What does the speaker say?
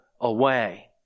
away